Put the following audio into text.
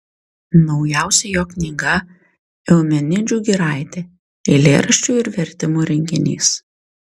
naujausia jo knyga eumenidžių giraitė eilėraščių ir vertimų rinkinys